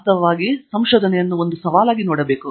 ವಾಸ್ತವವಾಗಿ ಸಂಶೋಧನೆಯನ್ನು ಒಂದು ಸವಾಲಾಗಿ ನೋಡಬೇಕು